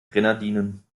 grenadinen